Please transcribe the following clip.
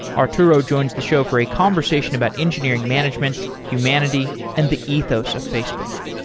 arturo joins the show for a conversation about engineering management, humanity and the ethos of facebook.